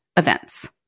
events